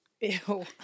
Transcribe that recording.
Ew